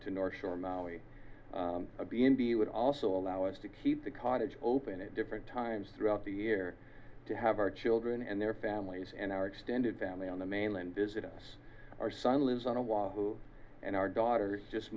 to north shore maui a b and b would also allow us to keep the cottage open at different times throughout the year to have our children and their families and our extended family on the mainland visit us our son lives on a wall and our daughters just